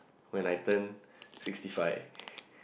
when I turn sixty five